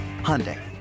Hyundai